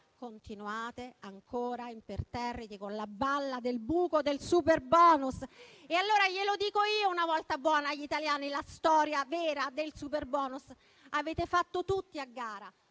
continuate ancora imperterriti con la balla del buco del superbonus. Allora gliela dico io, una volta buona, agli italiani la storia vera del superbonus: avete fatto tutti a gara